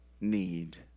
need